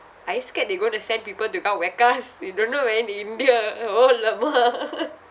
I scared they going to send people to come whack us you don't know man india !alamak!